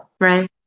Right